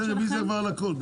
תעשי רוויזיה כבר על הכול.